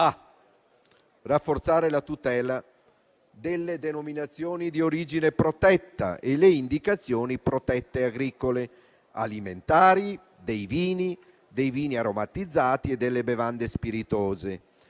di rafforzare la tutela delle denominazioni di origine protetta e le indicazioni protette agricole, alimentari, dei vini, dei vini aromatizzati e delle bevande spiritose